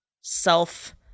self